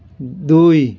দুই